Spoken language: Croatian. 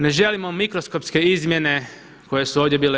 Ne želimo mikroskopske izmjene koje su ovdje bile